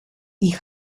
ich